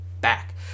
back